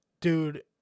Dude